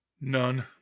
None